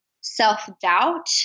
self-doubt